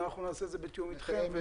אנחנו נעשה את ה בתיאום אתכם.